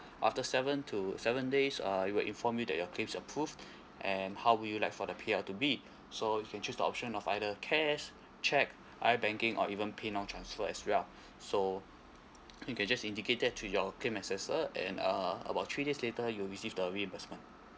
after seven to seven days uh we will inform you that your claims approved and how would you like for the payout to be so you can choose the option of either cash cheque i banking or even paynow transfer as well so you can just indicate that to your claim assessor and uh about three days later you will receive the reimbursement